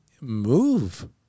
move